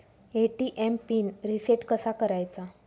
ATM pin reset कसा करायचा?